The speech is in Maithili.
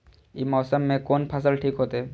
ई मौसम में कोन फसल ठीक होते?